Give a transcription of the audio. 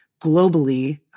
globally